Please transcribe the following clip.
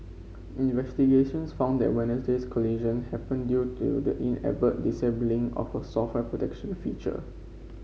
investigations found that Wednesday's collision happened due to the inadvertent disabling of a software protection feature